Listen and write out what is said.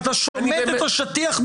אני מציע אבל אתה אומר שזה זוטי דברים